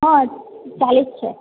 હા ચાલુ જ છે